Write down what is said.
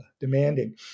demanding